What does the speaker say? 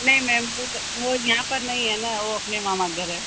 नहीं मैम वो वो यहाँ पर नहीं है ना वो अपने मामा के घर है